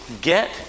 Get